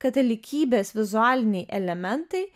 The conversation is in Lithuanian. katalikybės vizualiniai elementai